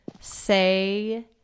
say